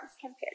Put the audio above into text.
compared